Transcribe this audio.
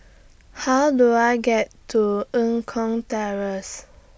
How Do I get to Eng Kong Terrace